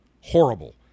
Horrible